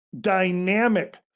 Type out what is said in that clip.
dynamic